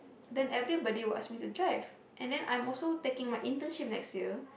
then everybody will ask me to drive and then I'm also taking my internship next year